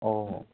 ও